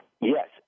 Yes